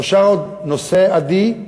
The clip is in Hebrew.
נשאר עוד נושא, עדי,